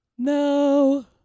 No